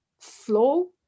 flow